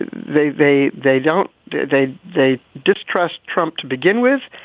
they they they don't they they they distrust trump to begin with.